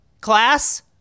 Class